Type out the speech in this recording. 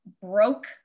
broke